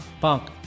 punk